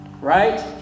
Right